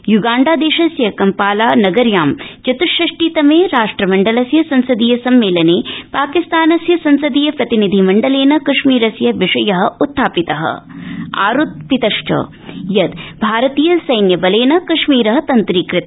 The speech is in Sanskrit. युगांडादेशस्य कम्पालानगर्या चतृष्षाष्टितमे राष्ट्रमण्डलस्य संसदीय सम्मेलने पाकिस्तानस्य संसदीय प्रतिनिधिमण्डलेन कश्मीरस्य विषय उत्थापित आरोपितश्च यत् भारतीय सैन्यबलेन कश्मीर तन्त्रीकृत